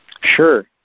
Sure